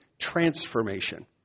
transformation